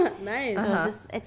Nice